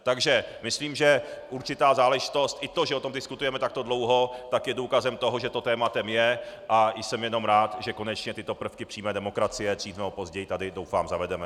Takže myslím, že určitá záležitost i to, že o tom diskutujeme takto dlouho, je důkazem toho, že to tématem je, a jsem jenom rád, že konečně tyto prvky přímé demokracie dřív nebo později tady, doufám, zavedeme.